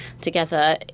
together